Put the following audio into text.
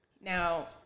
now